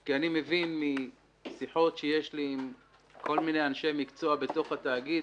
כי אני מבין משיחות שיש לי עם כל מיני אנשי מקצוע בתוך התאגיד